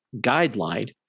guideline